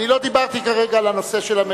אני לא דיברתי כרגע על הנושא של,